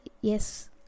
Yes